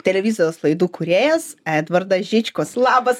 televizijos laidų kūrėjas edvardas žičkus labas